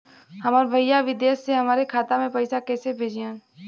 हमार भईया विदेश से हमारे खाता में पैसा कैसे भेजिह्न्न?